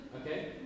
Okay